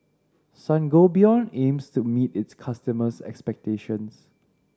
Sangobion aims to meet its customers' expectations